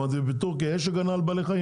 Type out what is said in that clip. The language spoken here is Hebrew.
אמרתי להם: "בטורקיה יש הגנה על בעלי חיים?